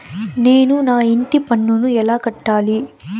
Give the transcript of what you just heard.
నేను నా ఇంటి పన్నును ఎలా కట్టాలి?